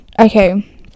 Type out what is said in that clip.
okay